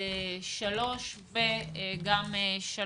אותו דבר בסוגיה האחרונה שדנתם בה,